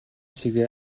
шигээ